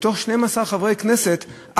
מתוך 12 חברי כנסת,